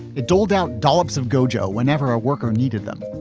it doled out dollops of gojo whenever a worker needed them.